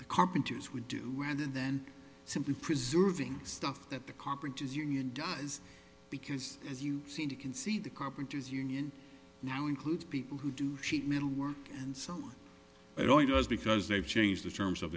the carpenters would do other than simply preserving stuff that the copper does union guys because as you seem to concede the carpenters union now includes people who do sheet metal work and so it only does because they've changed the terms of